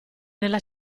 nella